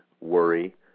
worry